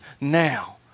now